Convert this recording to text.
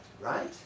right